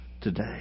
today